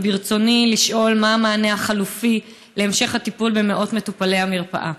וברצוני לשאול: מה המענה החלופי להמשך הטיפול במאות מטופלי המרפאה?